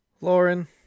Lauren